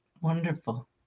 Wonderful